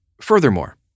Furthermore